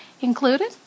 included